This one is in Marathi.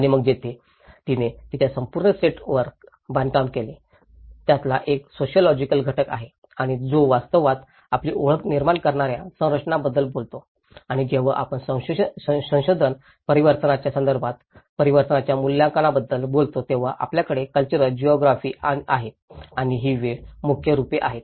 आणि मग तिने तिच्या संपूर्ण सेटवर बांधकाम केले त्यातला एक सोशिओलॉजिकल घटक आहे आणि जो वास्तवात आपली ओळख निर्माण करणाऱ्या संरचनांबद्दल बोलतो आणि जेव्हा आपण संशोधन परिवर्तनाच्या संदर्भात परिवर्तनाच्या मूल्यांकनाबद्दल बोलतो तेव्हा आपल्याकडे कल्चरल जिओग्राफी आहे आणि वेळ ही मुख्य रूपे आहेत